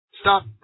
Stop